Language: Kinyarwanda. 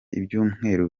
ibyumweru